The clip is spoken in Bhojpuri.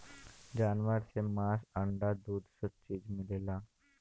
जानवर से मांस अंडा दूध स चीज मिलला